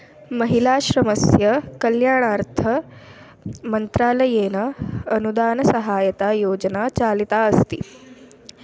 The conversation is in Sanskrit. महिलाश्रमस्य कल्याणार्थं मन्त्रालयेन अनुदानसहायतायोजना चालिता अस्ति